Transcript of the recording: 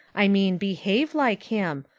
i mean behave like him.